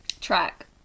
Track